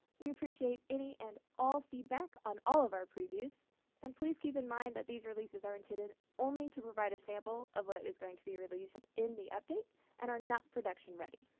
we appreciate any and all feedback on all of our previews and please keep in mind that these releases are intended only to provide a sample of what is going to be released in the update and are not production ready.